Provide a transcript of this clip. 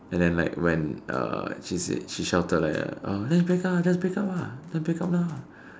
and then like when she said she shouted like just break up just break up just break up now